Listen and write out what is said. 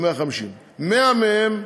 150. 100 מהם,